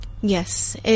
Yes